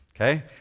Okay